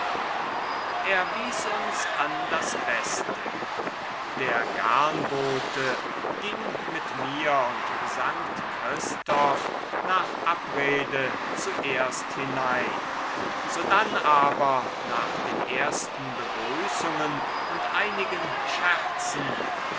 er wies uns an das beste der garnbote ging mit mir und st christoph nach abrede zuerst hinein sodann aber nach den ersten begrüßungen und einigen scherzen